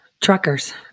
truckers